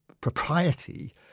propriety